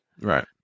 Right